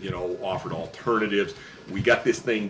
you know offered alternatives we got this thing